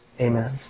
Amen